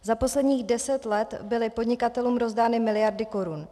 Za posledních deset let byly podnikatelům rozdány miliardy korun.